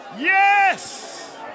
Yes